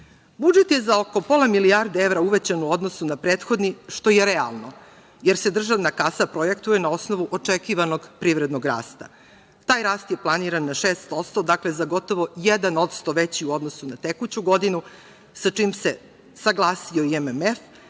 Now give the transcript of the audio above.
je za oko pola milijarde evra uvećan u odnosu na prethodni, što je realno, jer se državna kasa projektuje na osnovu očekivanog privrednog rasta. Taj rast je planiran na 6%, dakle, za gotovo 1% veći u odnosu na tekuću godinu sa čim se saglasio i MMF,